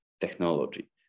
technology